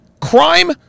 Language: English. crime